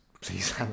Please